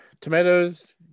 tomatoes